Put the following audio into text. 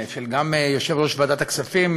וגם של יושב-ראש ועדת הכספים,